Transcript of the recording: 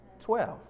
Twelve